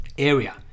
area